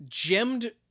gemmed